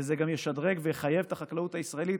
וזה גם ישדרג ויחייב את החקלאות הישראלית